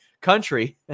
country